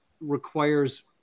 requires